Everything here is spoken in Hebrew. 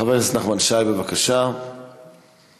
חבר הכנסת נחמן שי, בבקשה, מהמקום.